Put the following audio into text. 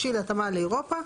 בשביל התאמה לאירופה.